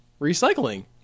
recycling